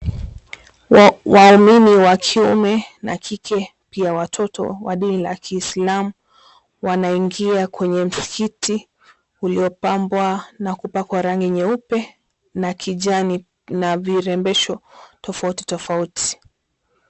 Waumini wa kiume na kike pia watoto wa dini la kiislamu, wanaingia kwenye msikiti uliopambwa na kupakwa rangi nyeupe na kijani na virembesho tofauti tofauti.